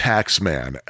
Taxman